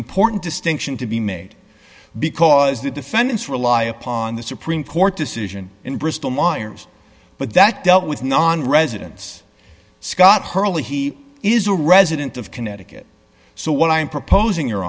important distinction to be made because the defendants rely upon the supreme court decision in bristol myers but that dealt with nonresidents scott hurley he is a resident of connecticut so what i'm proposing your